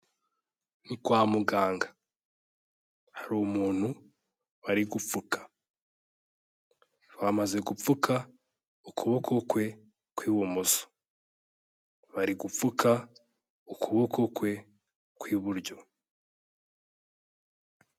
Ni kwa muganga, hari umuntu bari gupfuka, bamaze gupfuka ukuboko kwe kw'ibumoso, bari gupfuka ukuboko kwe kw'iburyo.